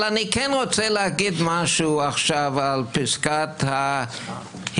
אבל אני כן רוצה להגיד משהו עכשיו על פסקת ההתגברות.